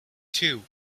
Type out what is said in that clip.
two